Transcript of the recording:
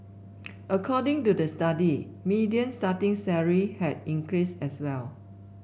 according to the median starting salary had increased as well